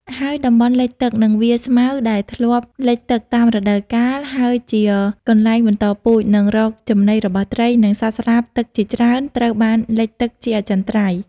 ហើយ តំបន់លិចទឹក និងវាលស្មៅ ដែលធ្លាប់លិចទឹកតាមរដូវកាល ហើយជាកន្លែងបន្តពូជ និងរកចំណីរបស់ត្រី និងសត្វស្លាបទឹកជាច្រើន ត្រូវបានលិចទឹកជាអចិន្ត្រៃយ៍។